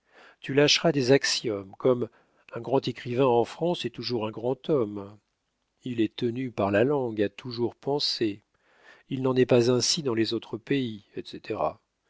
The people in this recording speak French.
tu lâcheras des axiomes comme un grand écrivain en france est toujours un grand homme il est tenu par la langue à toujours penser il n'en est pas ainsi dans les autres pays etc